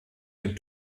den